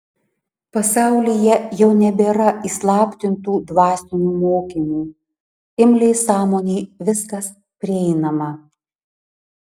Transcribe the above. pasaulyje jau nebėra įslaptintų dvasinių mokymų imliai sąmonei viskas prieinama